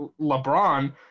LeBron